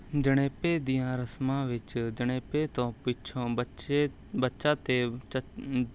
ਜਣੇਪੇ ਦੀਆਂ ਰਸਮਾਂ ਵਿੱਚ ਜਣੇਪੇ ਤੋਂ ਪਿੱਛੋਂ ਬੱਚੇ ਬੱਚਾ ਅਤੇ